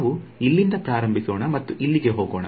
ನಾವು ಇಲ್ಲಿಂದ ಪ್ರಾರಂಭಿಸೋಣ ಮತ್ತು ಇಲ್ಲಿಗೆ ಹೋಗೋಣ